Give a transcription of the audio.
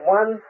one